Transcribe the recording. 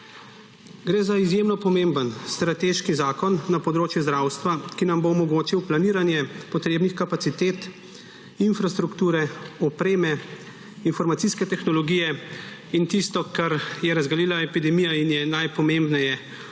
Gre za izjemno pomemben strateški zakon na področju zdravstva, ki nam bo omogočil planiranje potrebnih kapacitet, infrastrukture, opreme, informacijske tehnologije in tisto, kar je razgalila epidemija in je najpomembneje: ustrezno